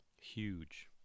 Huge